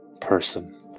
person